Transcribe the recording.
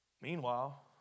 Meanwhile